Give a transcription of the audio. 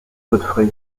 godfrey